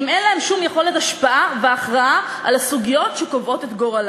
אם אין להם שום יכולת השפעה והכרעה על הסוגיות שקובעות את גורלם.